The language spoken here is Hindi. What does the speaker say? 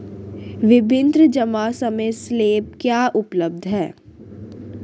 विभिन्न जमा समय स्लैब क्या उपलब्ध हैं?